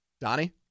Donnie